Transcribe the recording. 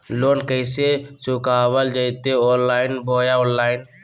Loan कैसे चुकाबल जयते ऑनलाइन बोया ऑफलाइन?